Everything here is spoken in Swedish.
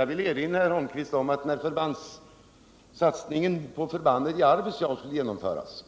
Jag vill erinra herr Holmqvist om att när satsningen på förbanden i Arvidsjaur skulle genomföras,